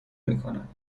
میکند